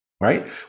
right